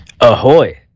Ahoy